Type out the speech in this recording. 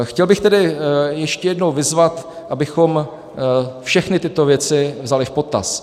Chtěl bych tedy ještě jednou vyzvat, abychom všechny tyto věci vzali v potaz.